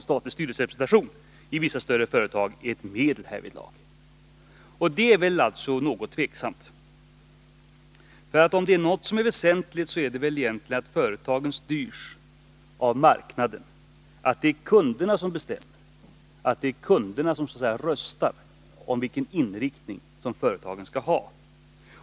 Statlig styrelserepresentation i vissa större företag är ett medel härvidlag. Det är väl något tveksamt. Om det är något som är väsentligt, så är det att företagen styrs av marknaden, att det är kunderna som bestämmer och så att säga röstar om vilken inriktning som företagen skall ha.